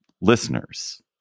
listeners